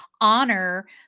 honor